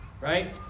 right